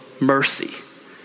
mercy